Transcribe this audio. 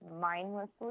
mindlessly